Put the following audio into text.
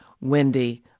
Wendy